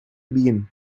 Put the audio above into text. been